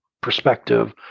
perspective